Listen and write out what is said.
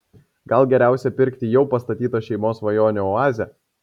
gal geriausia pirkti jau pastatytą šeimos svajonių oazę